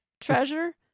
treasure